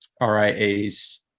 RIAs